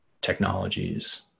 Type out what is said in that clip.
technologies